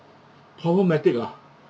problematic ah